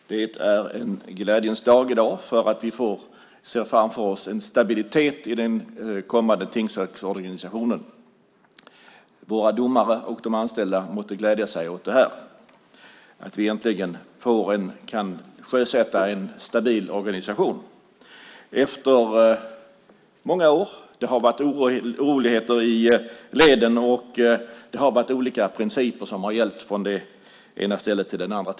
Fru talman! Det är en glädjens dag i dag när vi ser framför oss en stabilitet i den kommande tingsrättsorganisationen. Våra domare och de anställda måste glädja sig åt att vi äntligen kan sjösätta en stabil organisation efter många år. Det har varit oroligheter i leden. Det har varit olika principer som har gällt från det ena stället till det andra.